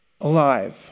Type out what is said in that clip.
alive